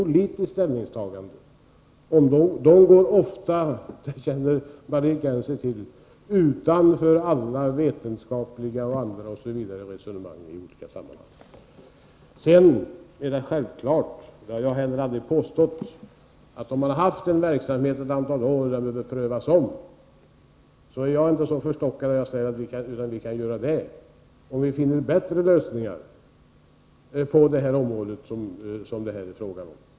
Sådana ställningstaganden — det" känner Margit Gennser till — går ofta utanför vetenskapliga resonemang i olika sammanhang. Sedan är det självklart — jag har aldrig påstått något annat — att om en verksamhet pågått ett antal år kan den behöva omprövas. Jag är inte så förstockad att jag inte anser att vi kan göra det också på det område som det här är fråga om, om vi finner bättre lösningar.